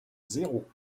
zéro